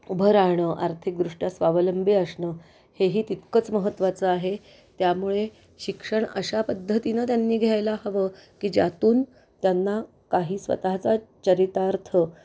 उभं राहणं आर्थिकदृष्ट्या स्वावलंबी असणं हे तितकंच महत्त्वाचं आहे त्यामुळे शिक्षण अशा पद्धतीनं त्यांनी घ्यायला हवं की ज्यातून त्यांना काही स्वतःचा चरितार्थ